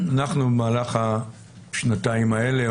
אנחנו במהלך השנתיים האלה,